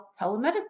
telemedicine